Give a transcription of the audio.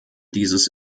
dieses